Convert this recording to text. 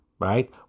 right